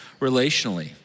relationally